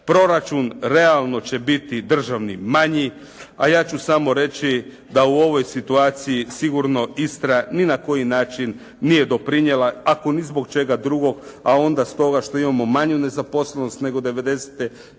proračun realno će biti državni manji, a ja ću samo reći da u ovoj situaciji sigurno Istra ni na koji način nije doprinijela, ako ni zbog čega drugog, a onda stoga što imamo manju nezaposlenost nego